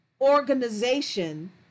organization